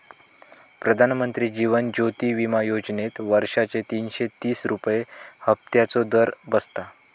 प्रधानमंत्री जीवन ज्योति विमा योजनेत वर्षाचे तीनशे तीस रुपये हफ्त्याचो दर बसता